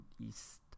east